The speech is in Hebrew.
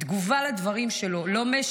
בתגובה על הדברים שלו --- אני לא דיברתי על זה.